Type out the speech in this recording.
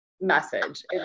message